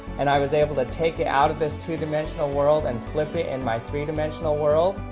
and i was able to take it out of this two-dimensional world and flip it in my three-dimensional world,